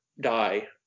die